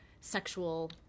sexual